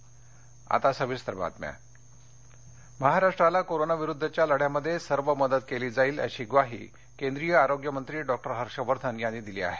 हर्ष वर्धन महाराष्ट्राला कोरोनाविरुद्धच्या लढ्यामध्ये सर्व मदत केली जाईल अशी ग्वाही केंद्रीय आरोग्य मंत्री हर्ष वर्धन यांनी दिली आहे